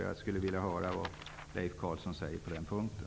Jag vill höra vad Leif Carlson säger på den punkten.